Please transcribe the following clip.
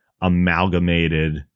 amalgamated